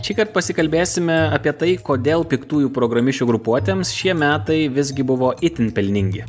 šįkart pasikalbėsime apie tai kodėl piktųjų programišių grupuotėms šie metai visgi buvo itin pelningi